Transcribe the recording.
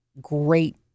great